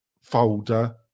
folder